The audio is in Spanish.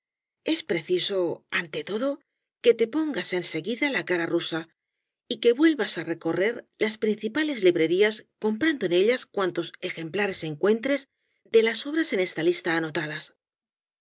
es preciso ante todo que te pongas en seguida la cara rusa y que vuelvas á recorrer las principales librerías comprando en ellas cuantos ejemplares encuentres de las obras en esta lista anotadas